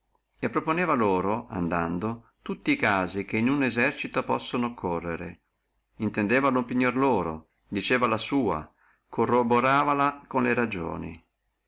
e proponeva loro andando tutti e casi che in uno esercito possono occorrere intendeva la opinione loro diceva la sua corroboravala con le ragioni